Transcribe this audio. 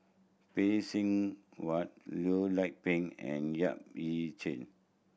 Phay Seng Whatt Loh Lik Peng and Yap Ee Chian